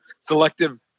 selective